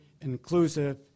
inclusive